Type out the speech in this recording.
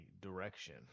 direction